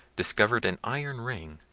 discovered an iron ring.